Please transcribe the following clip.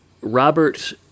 Robert